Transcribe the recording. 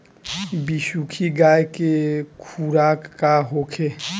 बिसुखी गाय के खुराक का होखे?